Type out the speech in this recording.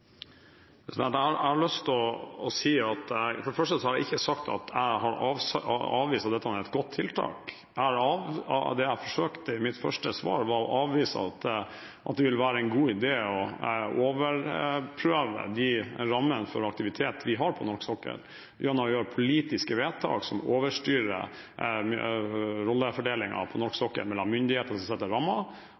Jeg har for det første lyst til å si at jeg ikke har avvist at dette er et godt tiltak. Det jeg forsøkte i mitt første svar, var å avvise at det vil være en god idé å overprøve de rammene for aktivitet vi har på norsk sokkel gjennom å gjøre politiske vedtak som overstyrer rollefordelingen på norsk sokkel mellom myndighetene, som setter